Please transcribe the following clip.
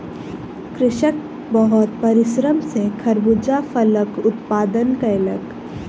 कृषक बहुत परिश्रम सॅ खरबूजा फलक उत्पादन कयलक